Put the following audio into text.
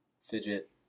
Fidget